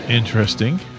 Interesting